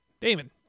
Damon